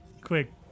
quick